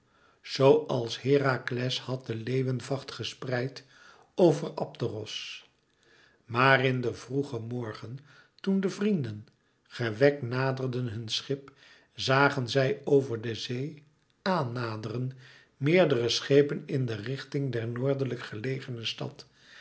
als herakles had den leeuwvacht gespreid over abderos maar in den vroegen morgen toen de vrienden gewekt naderden hun schip zagen zij over de zee aan naderen meerdere schepen in de richting der noordelijk gelegene stad